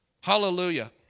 Hallelujah